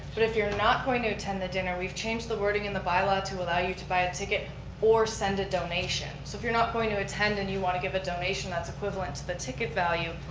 but if you're not going to attend the dinner, we've changed the wording in the bylaw to allow you to buy a ticket or send a donation. so if you're not going to attend and you want to donation that's equivalent to the ticket value,